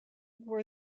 were